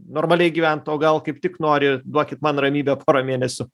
normaliai gyvent o gal kaip tik nori duokit man ramybę porą mėnesių